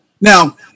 now